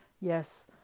Yes